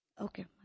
Okay